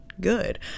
good